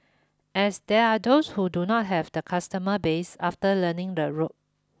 as there are those who do not have the customer base after learning the ropes